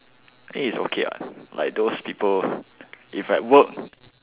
I think it's okay what like those people if like work